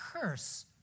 curse